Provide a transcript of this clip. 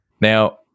now